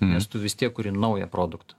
nes tu vis tiek kuri naują produktą